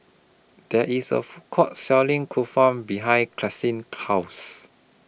There IS A Food Court Selling Kulfi behind Caitlynn's House